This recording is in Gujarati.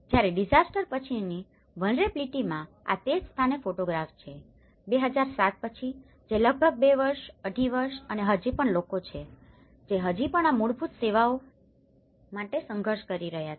જ્યારે ડીઝાસ્ટર પછીની વલ્નરેબીલીટી માં આ તે જ સ્થાનનો ફોટોગ્રાફ છે 2007 પછી જે લગભગ બે વર્ષ અઢી વર્ષ અને હજી પણ લોકો છે જે હજી પણ આ મૂળભૂત સેવાઓ માટે સંઘર્ષ કરી રહ્યા છે